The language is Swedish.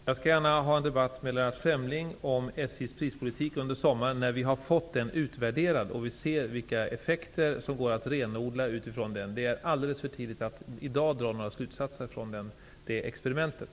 Fru talman! Jag debatterar gärna med Lennart Fremling om SJ:s prispolitik under sommaren, när vi fått den utvärderad och när vi kan se vilka effekter som går att renodla utifrån den utvärderingen. Det är alldeles för tidigt att i dag dra några slutsatser av det experimentet.